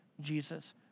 Jesus